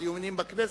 הדיונים בכנסת.